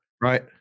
right